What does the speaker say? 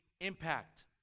impact